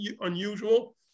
unusual